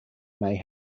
may